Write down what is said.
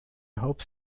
hope